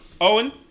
Owen